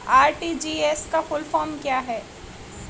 RTGS का full form क्या है?